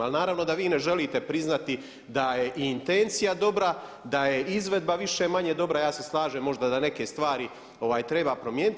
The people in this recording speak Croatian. Ali naravno da vi ne želite priznati da je i intencija dobra, da je izvedba više-manje dobra, ja se slažem možda da neke stvari treba promijeniti.